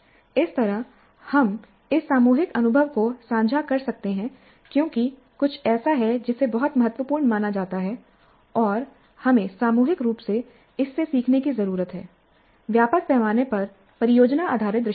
इस तरह हम इस सामूहिक अनुभव को साझा कर सकते हैं क्योंकि कुछ ऐसा है जिसे बहुत महत्वपूर्ण माना जाता है और हमें सामूहिक रूप से इससे सीखने की जरूरत है व्यापक पैमाने पर परियोजना आधारित दृष्टिकोण